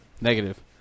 Negative